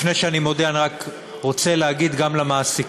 לפני שאני מודה אני רק רוצה להגיד גם למעסיקים: